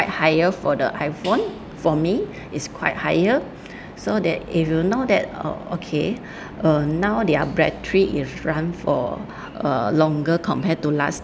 higher for the iphone for me is quite higher so that if you know that uh okay uh now their battery if run for uh longer compared to last